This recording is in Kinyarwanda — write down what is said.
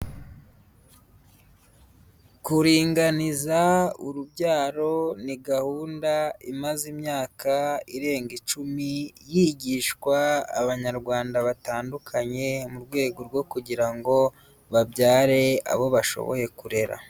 Kuringaniza urubyaro ni gahunda imaze imyaka irenga icumi yigishwa abanyarwanda batandukanye, mu rwego rwo kugira ngo babyare abo bashoboye kurera.